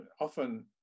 often